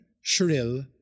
Shrill